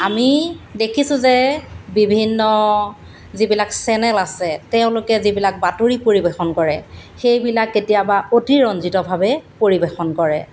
আমি দেখিছোঁ যে বিভিন্ন যিবিলাক চেনেল আছে তেওঁলোকে যিবিলাক বাতৰি পৰিৱেশন কৰে সেইবিলাক কেতিয়াবা অতিৰঞ্জিতভাৱে পৰিৱেশন কৰে